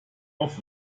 auf